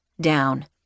Down